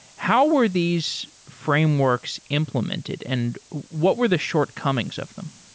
how were these frameworks implemented and what were the shortcomings of them?